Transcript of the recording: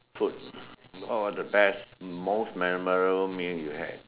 food what was the best most memorable meal you have